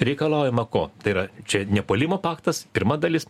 reikalaujama ko tai yra čia nepuolimo paktas pirma dalis